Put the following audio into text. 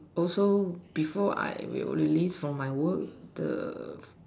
also before I will leave for my work the